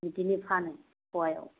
बिदिनि फानो फवायाव